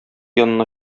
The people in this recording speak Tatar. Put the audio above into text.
янына